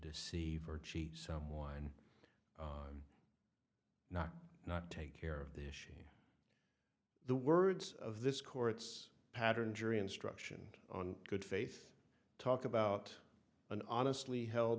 deceive or cheat someone not not take care of the issue in the words of this court's pattern jury instruction on good faith talk about an honestly held